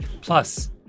Plus